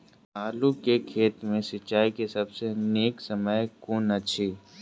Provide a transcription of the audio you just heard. आलु केँ खेत मे सिंचाई केँ सबसँ नीक समय कुन अछि?